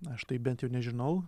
aš tai bent jau nežinau